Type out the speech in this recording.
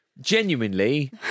Genuinely